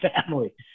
family